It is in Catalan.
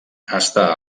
està